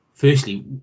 Firstly